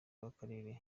b’akarere